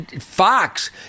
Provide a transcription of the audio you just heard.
fox